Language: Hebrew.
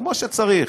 כמו שצריך,